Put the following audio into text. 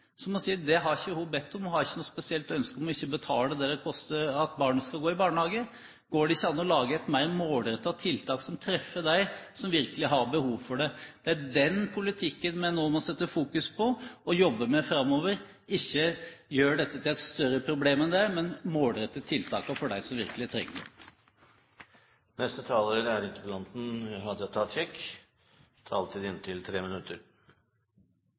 Som hun sier, har hun ikke bedt om det, og hun har ikke noe spesielt ønske om ikke å betale det som det koster at barnet skal gå i barnehage. Går det ikke an å lage et mer målrettet tiltak som treffer dem som virkelig har behov for det? Det er den politikken vi nå må sette fokus på og jobbe med framover – ikke gjøre dette til et større problem enn det er, men målrette tiltakene for dem som virkelig trenger det. Jeg er